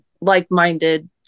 like-minded